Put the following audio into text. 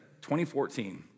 2014